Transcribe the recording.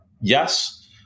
yes